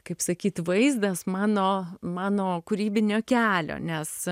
kaip sakyt vaizdas mano mano kūrybinio kelio nes